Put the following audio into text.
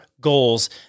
goals